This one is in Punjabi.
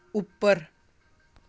ਉੱਪਰ